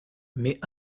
mais